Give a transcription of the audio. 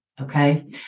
Okay